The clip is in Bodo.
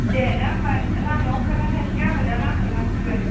दे दा होमबा लामायाव ओंखारना थासिगोन आङो दा लामायाव लाखिगोन